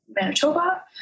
Manitoba